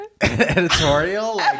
editorial